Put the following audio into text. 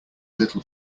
little